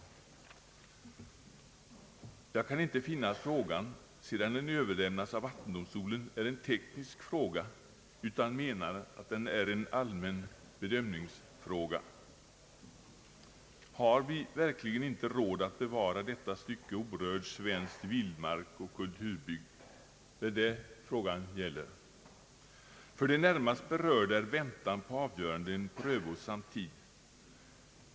Jag kan inte finna att frågan, sedan den överlämnats av vattendomstolen, är av teknisk natur utan menar att den är en allmän bedömningsfråga. Har vi verkligen inte råd att bevara detta stycke orörd svensk vildmark och kulturbygd? Det är detta frågan gäller: För de närmast berörda är väntan på avgörandet en prövosam tid.